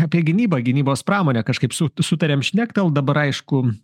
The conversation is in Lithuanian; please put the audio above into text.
apie gynybą gynybos pramonę kažkaip su sutariam šnektelt dabar aišku